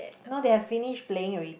no they have finish playing already